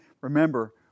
Remember